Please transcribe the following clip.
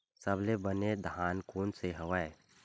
सबले बने धान कोन से हवय?